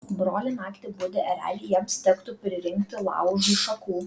broli naktį budi ereliai jiems tektų pririnkti laužui šakų